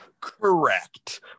Correct